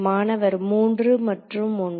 மாணவர் 3 மற்றும் 1